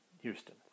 Houston